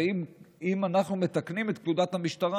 ואם אנחנו מתקנים את פקודת המשטרה,